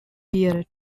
pierre